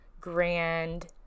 grand